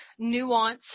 nuanced